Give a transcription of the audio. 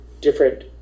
different